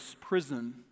Prison